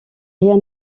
rien